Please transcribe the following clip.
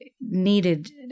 needed